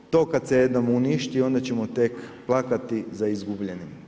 To kad se jednom uništi onda ćemo tek plakati za izgubljenim.